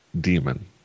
Demon